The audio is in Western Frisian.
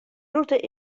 rûte